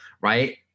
right